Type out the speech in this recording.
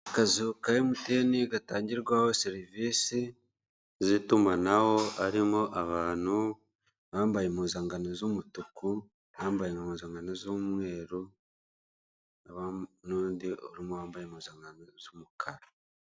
Akazu ka emutiyeni gatangirwaho serivise z'itumanaho harimo abantu, abambaye impuzangano z'umutuku ,abambaye impuzankano z'umweru, n'undi urimo wambaye impuzankano z'umukara.